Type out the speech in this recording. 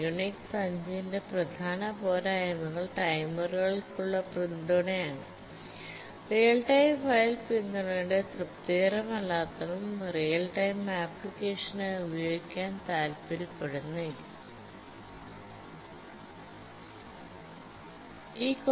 Unix 5 ന്റെ പ്രധാന പോരായ്മകൾ ടൈമറുകൾക്കുള്ള പിന്തുണയാണ്റിയൽ ടൈം ഫയൽ പിന്തുണയുടെ തൃപ്തികരമല്ലാത്തതും റിയൽ ടൈംഅപ്ലിക്കേഷനായി ഉപയോഗിക്കാൻ താൽപ്പര്യപ്പെടുന്നെങ്കിൽ